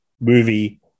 movie